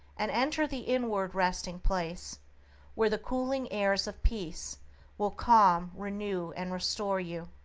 and enter the inward resting-place where the cooling airs of peace will calm, renew, and restore you.